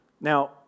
Now